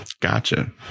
Gotcha